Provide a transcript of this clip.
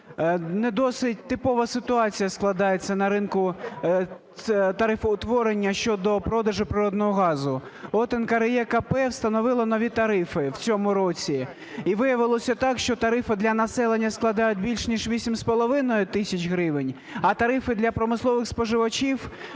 не досить типова ситуація складається на ринку тарифоутворення щодо продажу природного газу. От НКРЕКП встановило нові тарифи в цьому році, і виявилося так, що тарифи для населення складають більш ніж 8 з половиною тисяч гривень, а тарифи для промислових споживачів –